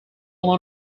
known